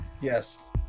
Yes